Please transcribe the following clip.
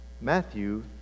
matthew